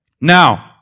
Now